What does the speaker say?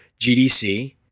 GDC